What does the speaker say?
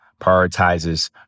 prioritizes